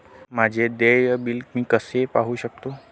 माझे देय बिल मी कसे पाहू शकतो?